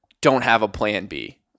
don't-have-a-plan-B